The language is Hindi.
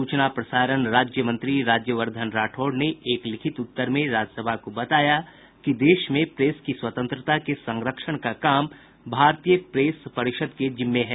सूचना प्रसारण राज्यमंत्री राज्यवर्धन राठौड़ ने एक लिखित उत्तर में राज्यसभा को बताया कि देश में प्रेस की स्वतंत्रता के संरक्षण का काम भारतीय प्रेस परिषद के जिम्मे है